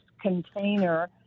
container